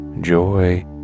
joy